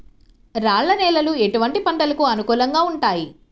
రాళ్ల నేలలు ఎటువంటి పంటలకు అనుకూలంగా ఉంటాయి?